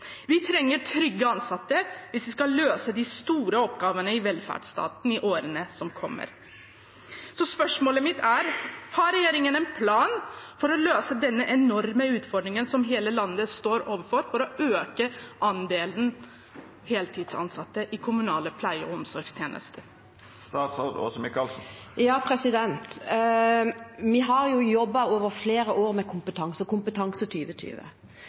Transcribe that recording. Vi trenger trygge ansatte hvis vi skal løse de store oppgavene i velferdsstaten i årene som kommer. Spørsmålet mitt er: Har regjeringen en plan for å løse denne enorme utfordringen som hele landet står overfor, for å øke andelen heltidsansatte i kommunale pleie- og omsorgstjenester? Vi har jobbet over flere år med kompetanse